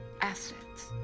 assets